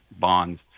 bonds